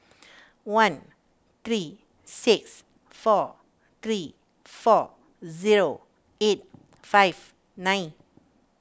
one three six four three four zero eight five nine